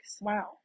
Wow